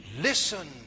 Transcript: Listen